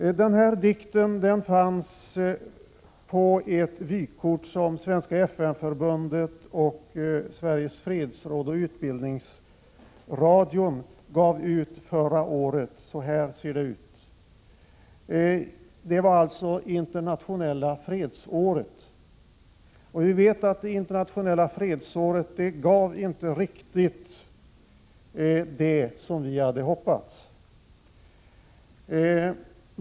Denna dikt finns på ett vykort som Svenska FN-förbundet, Sveriges fredsråd och Utbildningsradion gav ut förra året, som alltså var internationella fredsåret. Vi vet att internationella fredsåret inte riktigt gav det som vi hade hoppats.